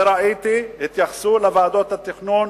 וראיתי התייחסות לוועדות התכנון